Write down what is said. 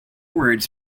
words